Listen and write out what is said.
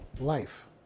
life